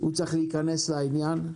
הוא צריך להיכנס לעניין.